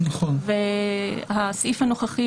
והסעיף הנוכחי,